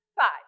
Five